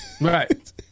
Right